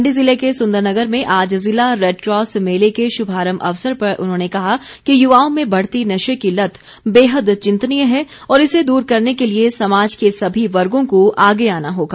मण्डी ज़िले के सुंदरनगर में आज ज़िला रेडक्रॉस मेले के शुभारम्भ अवसर पर उन्होंने कहा कि युवाओं में बढ़ती नशे की लत बेहद चिंतनीय है और इसे दूर करने के लिए समाज के सभी वर्गो को आगे आना होगा